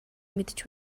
мэдэж